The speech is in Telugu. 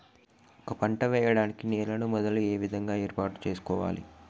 ఒక పంట వెయ్యడానికి నేలను మొదలు ఏ విధంగా ఏర్పాటు చేసుకోవాలి?